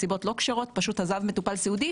פשוט עזב מטופל סיעודי,